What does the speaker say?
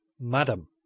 MADAM